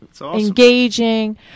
engaging